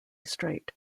straight